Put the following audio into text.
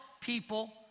people